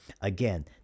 again